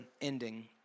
ending